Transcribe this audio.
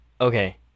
okay